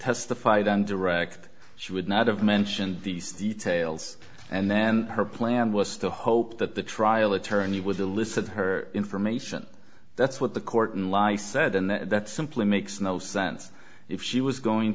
testified on direct she would not have mentioned these details and then her plan was to hope that the trial attorney would elicit her information that's what the court and lie said and that simply makes no sense if she was going